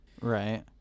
Right